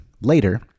later